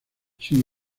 sin